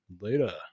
Later